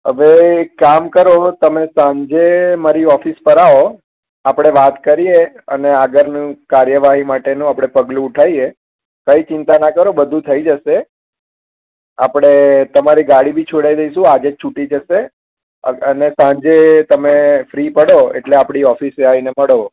હવે એક કામ કરો તમે સાંજે મારી ઓફિસ પર આવો આપણે વાત કરીએ અને આગળની કાર્યવાહી માટેનું આપણે પગલું ઉઠાવીએ કઈ ચિંતા ના કરો બધું થઈ જશે આપણે તમારી ગાડી બી છોડાવી દઈશું આજે જ છૂટી જશે અને સાંજે તમે ફ્રી પડો એટલે આપણી ઓફિસે આવીને મળો